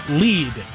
lead